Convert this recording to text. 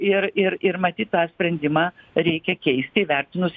ir ir ir matyt tą sprendimą reikia keisti įvertinus